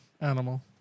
animal